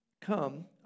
Come